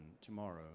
tomorrow